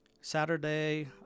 Saturday